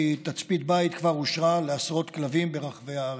תצפית בית כבר אושרה לעשרות כלבים ברחבי הארץ.